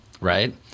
Right